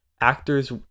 actors